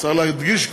צריך להדגיש כל הברה?